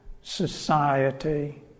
society